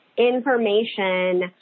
information